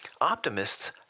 optimists